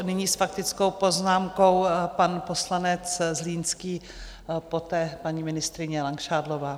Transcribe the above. Nyní s faktickou poznámkou pan poslanec Zlínský, poté paní ministryně Langšádlová.